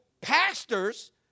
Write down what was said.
pastors